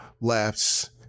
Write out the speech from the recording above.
laughs